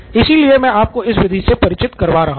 इसीलिए मैं आपको इस विधि से परिचित करवा रहा हूँ